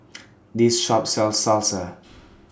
This Shop sells Salsa